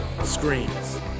screens